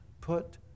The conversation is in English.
put